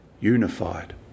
unified